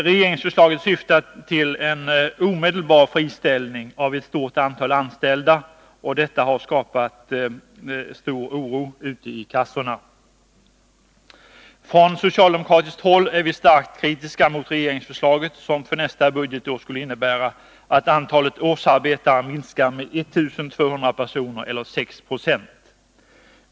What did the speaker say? Regeringsförslaget syftar till en omedelbar friställning av ett stort antal anställda, och detta har också skapat stor oro ute i kassorna. Från socialdemokratiskt håll är vi starkt kritiska mot regeringsförslaget, som för nästa budgetår skulle innebära att antalet årsarbetare minskar med 1200 personer eller 6 90.